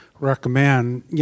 Recommend